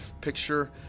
picture